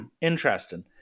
interesting